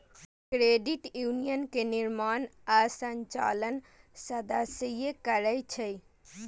credit union के निर्माण आ संचालन सदस्ये करै छै